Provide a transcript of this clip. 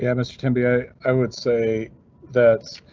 yeah mr temby i. i would say that.